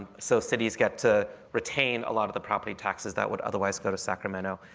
so cities get to retain a lot of the property taxes that would otherwise go to sacramento.